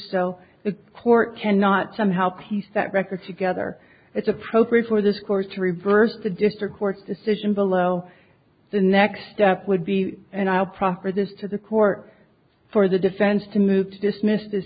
so the court cannot somehow piece that record together it's appropriate for this court to reverse the district court's decision below the next step would be and i'll proffer this to the court for the defense to move to dismiss this